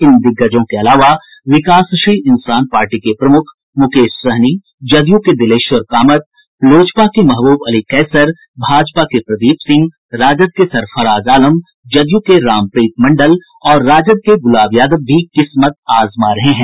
इन दिग्गजों के अलावा विकासशील इंसान पार्टी के प्रमुख मुकेश सहनी जदयू के दिलेश्वर कामत लोजपा के महबूब अली कैसर भाजपा के प्रदीप सिंह राजद के सरफराज आलम जदयू के रामप्रीत मंडल और राजद के गुलाब यादव भी किस्मत आजमा रहे हैं